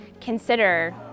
consider